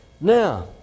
Now